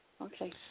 Okay